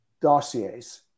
dossiers